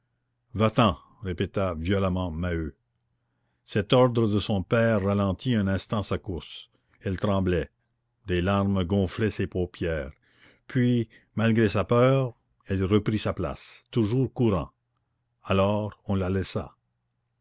va-t'en répéta violemment maheu cet ordre de son père ralentit un instant sa course elle tremblait des larmes gonflaient ses paupières puis malgré sa peur elle revint elle reprit sa place toujours courant alors on la laissa